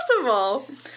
possible